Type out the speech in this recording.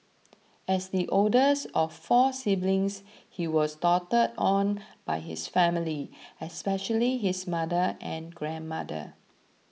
as the oldest of four siblings he was doted on by his family especially his mother and grandmother